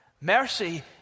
Mercy